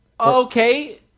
okay